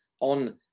on